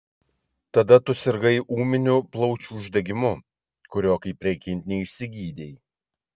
tada tu sirgai ūminiu plaučių uždegimu kurio kaip reikiant neišsigydei